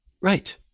Right